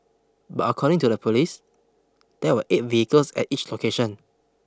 but according to the police there were eight vehicles at each location